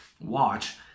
watch